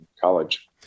college